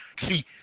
See